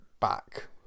back